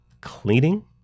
Cleaning